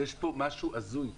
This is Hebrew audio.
יש פה משהו הזוי.